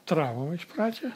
trauma iš pradžių